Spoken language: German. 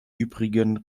übrigen